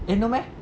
eh no meh